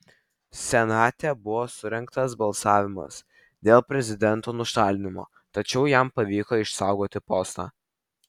senate buvo surengtas balsavimas dėl prezidento nušalinimo tačiau jam pavyko išsaugoti postą